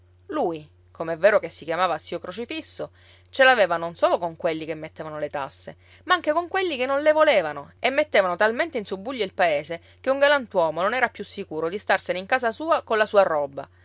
ladro lui com'è vero che si chiamava zio crocifisso ce l'aveva non solo con quelli che mettevano le tasse ma anche con quelli che non le volevano e mettevano talmente in subbuglio il paese che un galantuomo non era più sicuro di starsene in casa sua colla sua roba